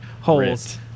holes